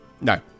No